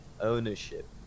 ownership